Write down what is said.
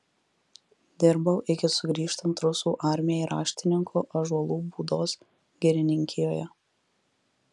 dirbau iki sugrįžtant rusų armijai raštininku ąžuolų būdos girininkijoje